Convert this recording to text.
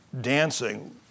dancing